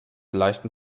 leichten